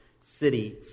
city